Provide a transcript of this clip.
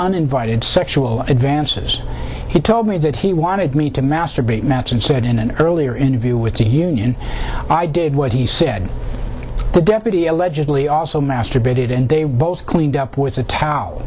uninvited sexual advances he told me that he wanted me to masturbate manson said in an earlier interview with the union i did what he said the deputy allegedly also masturbated and they both cleaned up with the towe